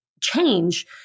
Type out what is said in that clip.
change